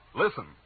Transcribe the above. listen